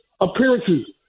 appearances